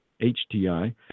HTI